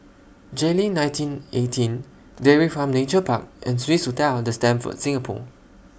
Jayleen nineteen eighteen Dairy Farm Nature Park and Swissotel The Stamford Singapore